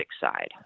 side